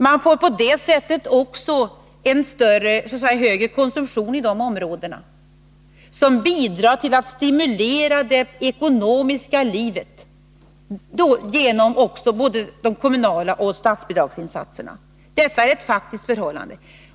Man får på det sättet i de områdena även en högre konsumtion, som bidrar till att stimulera det ekonomiska livet genom både de kommunala insatserna och statsbidragsinsatserna. Detta är ett faktiskt förhållande.